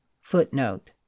Footnote